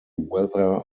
weather